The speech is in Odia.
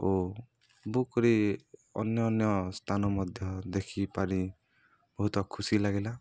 ଓ ବୁକ୍ରେ ଅନ୍ୟ ଅନ୍ୟ ସ୍ଥାନ ମଧ୍ୟ ଦେଖିପାରି ବହୁତ ଖୁସି ଲାଗିଲା